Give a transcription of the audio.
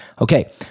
Okay